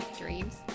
Dreams